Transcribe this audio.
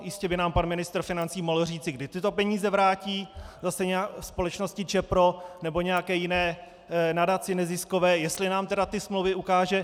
Jistě by nám pan ministr financí mohl říci, kdy tyto peníze vrátí společnosti Čepro nebo nějaké jiné nadaci neziskové, jestli nám tedy ty smlouvy ukáže.